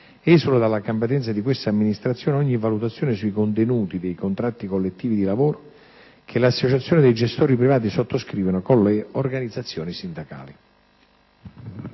esula dalla competenza di questa amministrazione ogni valutazione sui contenuti dei contratti collettivi di lavoro che le associazioni di gestori privati sottoscrivono con le organizzazioni sindacali.